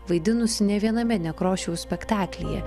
vaidinusi ne viename nekrošiaus spektaklyje